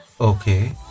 Okay